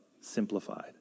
simplified